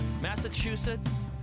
Massachusetts